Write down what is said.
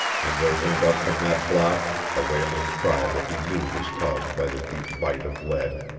and there went up from that blot a wailing cry that he knew was caused by the deep bite of lead.